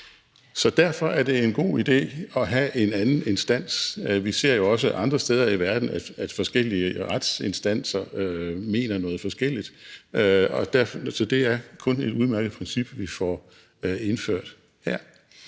Så derfor er det en god ide at have en anden instans. Vi ser jo også andre steder i verden, at forskellige retsinstanser mener noget forskelligt, og det er kun et udmærket princip, vi får indført her.